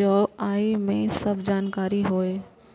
जौं ओइ मे सब जानकारी होय